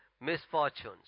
misfortunes